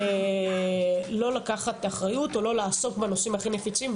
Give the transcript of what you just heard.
זה לא לקחת אחריות או לא לעסוק בנושאים הכי נפיצים.